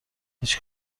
هیچ